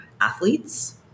athletes